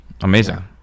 Amazing